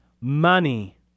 money